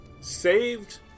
saved